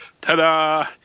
ta-da